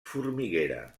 formiguera